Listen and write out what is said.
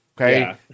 okay